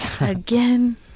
Again